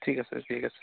ঠিক আছে ঠিক আছে